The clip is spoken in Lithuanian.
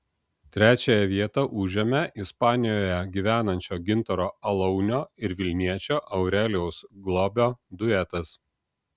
trečiąją vietą užėmė ispanijoje gyvenančio gintaro alaunio ir vilniečio aurelijaus globio duetas